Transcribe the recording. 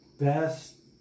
best